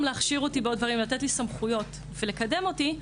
להכשיר אותי בעוד דברים ולתת לי סמכויות ולקדם אותי,